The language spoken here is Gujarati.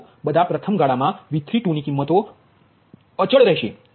બધા પ્રથમ ગાળામાં V32ની કિંમતો અચલ રહેશે